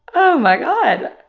my god.